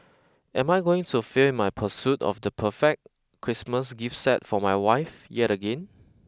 am I going to fail my pursuit of the perfect Christmas gift set for my wife yet again